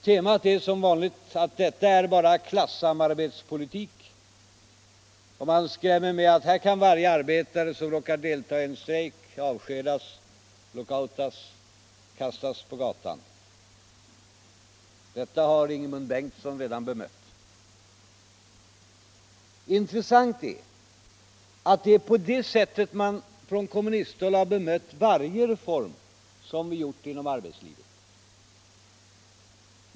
Temat är som vanligt att detta är bara ”klasssamarbetspolitik”, och man skrämmer med att här kan varje arbetare som råkar delta i en strejk avskedas, lockoutas, kastas på gatan. Detta har Ingemund Bengtsson redan bemött. Intressant är att det är på det sättet man från kommunisthåll har bemött varje reform vi gjort inom arbetslivet.